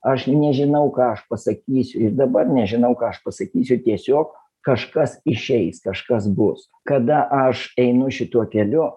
aš nežinau ką aš pasakysiu ir dabar nežinau ką aš pasakysiu tiesiog kažkas išeis kažkas bus kada aš einu šituo keliu